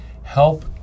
Help